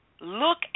Look